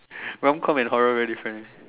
wrong come and horror very different leh